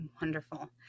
Wonderful